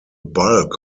bulk